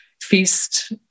feast